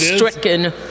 Stricken